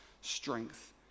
strength